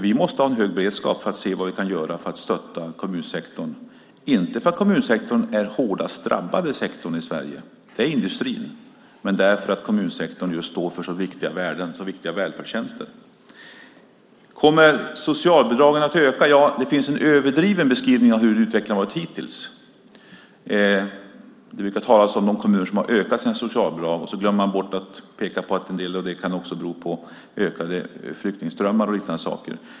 Vi måste ha en hög beredskap för att se vad vi kan göra för att stötta kommunsektorn - inte för att kommunsektorn är den hårdast drabbade sektorn i Sverige, det är industrin, men för att kommunsektorn står för så viktiga värden och välfärdstjänster. Kommer socialbidragskostnaderna att öka? Det finns en överdriven beskrivning av hur utvecklingen har varit hittills. Man talar om kommuner som fått ökade socialbidragskostnader men glömmer bort att en del av det kan bero på ökade flyktingströmmar och liknande.